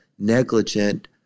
negligent